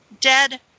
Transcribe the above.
dead